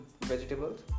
vegetables